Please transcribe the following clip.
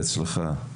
בהצלחה,